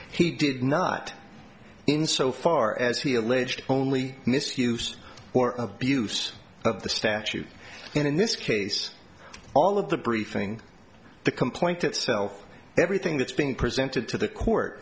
he did not in so far as he alleged only misuse or abuse of the statute and in this case all of the briefing the complaint itself everything that's being presented to the court